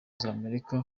z’amerika